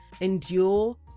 endure